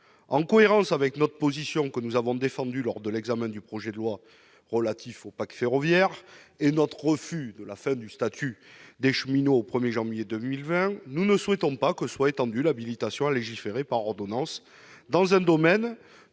En cohérence avec la position que nous avons défendue lors de l'examen du projet de loi pour un nouveau pacte ferroviaire et notre refus de la fin du statut des cheminots au 1janvier 2020, nous ne souhaitons pas que soit prolongée l'habilitation à légiférer par ordonnance dans un domaine,